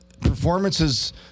performances